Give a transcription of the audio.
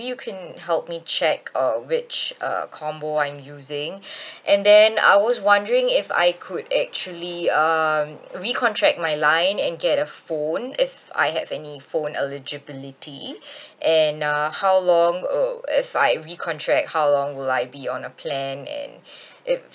you can help me check uh which uh combo I'm using and then I was wondering if I could actually um recontract my line and get a phone if I have any phone eligibility and uh how long uh if I recontract how long will I be on a plan and if